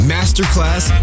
Masterclass